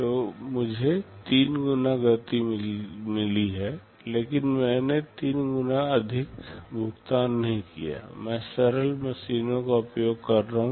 तो मुझे 3 गुणा गति मिली है लेकिन मैंने 3 गुना अधिक भुगतान नहीं किया है मैं सरल मशीनों का उपयोग कर रहा हूं